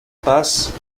passent